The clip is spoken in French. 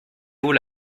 haut